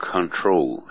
Control